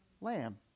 lamb